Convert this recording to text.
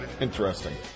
Interesting